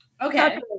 Okay